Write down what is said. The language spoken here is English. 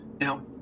Now